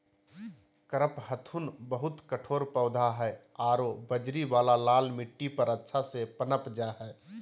कडपहनुत बहुत कठोर पौधा हइ आरो बजरी वाला लाल मिट्टी पर अच्छा से पनप जा हइ